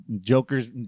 Joker's